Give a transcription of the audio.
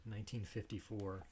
1954